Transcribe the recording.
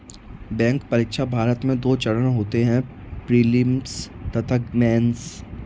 bank परीक्षा, भारत में दो चरण होते हैं प्रीलिम्स तथा मेंस